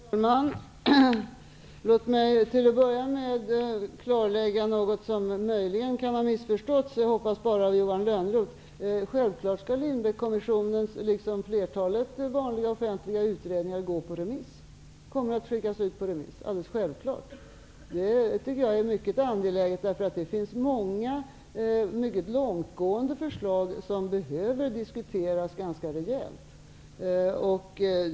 Herr talman! Låt mig till att börja med klarlägga något som möjligen kan ha missförståtts, men jag hoppas att det i så fall är bara Johan Lönnroth som har gjort det. Självklart skall Lindbeckkommissionens utredning, liksom flertalet vanliga offentliga utredningar, skickas ut på remiss. Det tycker jag är mycket angeläget, eftersom det finns många mycket långtgående förslag som behöver diskuteras ganska rejält.